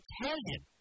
Italian